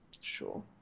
sure